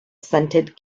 scented